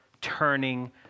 turning